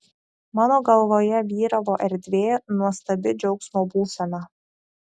mano galvoje vyravo erdvė nuostabi džiaugsmo būsena